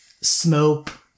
smoke